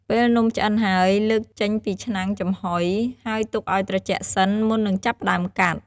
ពេលនំឆ្អិនហើយ លើកចេញពីឆ្នាំងចំហុយ ហើយទុកឲ្យត្រជាក់សិន មុននឹងចាប់ផ្ដើមកាត់។